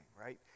right